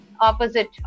opposite